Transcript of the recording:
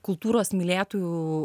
kultūros mylėtojų